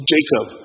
Jacob